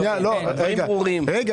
לפגוע.